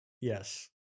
Yes